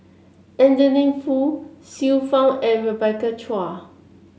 Adeline Foo Xiu Fang and Rebecca Chua